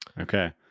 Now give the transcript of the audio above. Okay